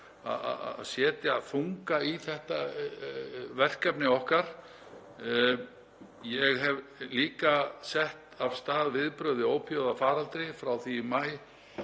að setja þunga í þetta verkefni okkar. Ég hef líka sett af stað viðbrögð við ópíóíðafaraldri. Frá því í maí